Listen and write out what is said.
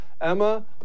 emma